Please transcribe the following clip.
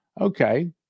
Okay